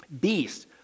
beast